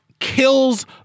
Kills